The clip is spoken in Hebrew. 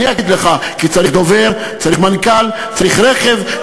אני אגיד לך, כי צריך דובר, צריך מנכ"ל, צריך רכב,